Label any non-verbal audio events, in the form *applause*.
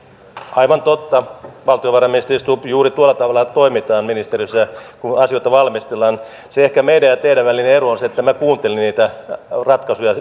aivan totta valtiovarainministeri stubb juuri tuolla tavalla toimitaan ministeriössä kun asioita valmistellaan ehkä meidän ja teidän välinen ero on se että minä kuuntelin niitä ratkaisuja *unintelligible*